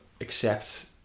accept